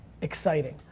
exciting